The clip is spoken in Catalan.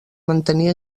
mantenir